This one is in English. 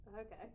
Okay